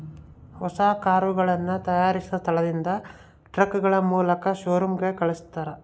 ಹೊಸ ಕರುಗಳನ್ನ ತಯಾರಿಸಿದ ಸ್ಥಳದಿಂದ ಟ್ರಕ್ಗಳ ಮೂಲಕ ಶೋರೂಮ್ ಗಳಿಗೆ ಕಲ್ಸ್ತರ